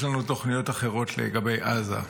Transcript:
יש לנו תוכניות אחרות לגבי עזה.